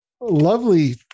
Lovely